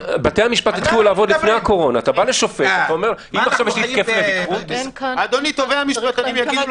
שסויגו בהסכמה אנחנו עדיין רואים עשרות דיונים שמתקיימים